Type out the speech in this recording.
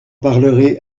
parlerai